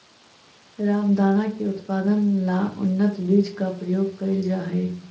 रामदाना के उत्पादन ला उन्नत बीज का प्रयोग करल जा हई